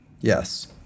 Yes